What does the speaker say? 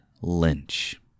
Lynch